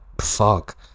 fuck